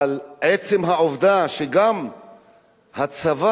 אבל עצם העובדה שגם הצבא,